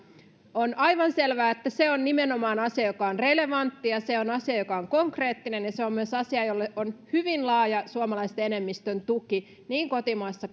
on aivan selvää että se on nimenomaan asia joka on relevantti ja se on asia joka on konkreettinen ja se on myös asia jolle on hyvin laaja suomalaisten enemmistön tuki niin kotimaassa